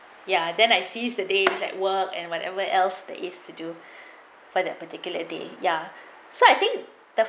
ya then I seized the day was at work and when and where else that is to do for that particular day ya so I think the